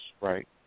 right